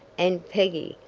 and, peggy,